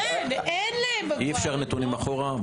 אי-אפשר נתונים אחורה.